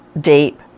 deep